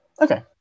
Okay